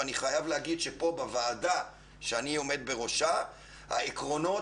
ואני חייב להגיד שבוועדה שאני עומד בראשה העקרונות